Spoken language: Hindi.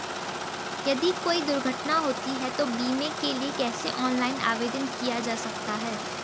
यदि कोई दुर्घटना होती है तो बीमे के लिए कैसे ऑनलाइन आवेदन किया जा सकता है?